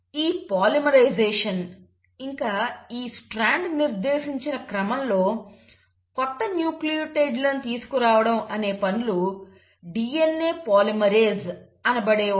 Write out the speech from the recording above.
ఈ పాలిమరైజేషన్ ఇంకా ఈ స్ట్రాండ్ నిర్దేశించిన క్రమంలో కొత్త న్యూక్లియోటైడ్ లను తీసుకుని రావడం అనే పనులు DNA పాలిమరేస్ అనబడే ఒక ఎంజైమ్ ద్వారా జరుగుతాయి